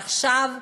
ועכשיו,